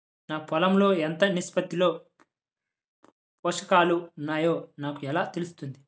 నా పొలం లో ఎంత నిష్పత్తిలో పోషకాలు వున్నాయో నాకు ఎలా తెలుస్తుంది?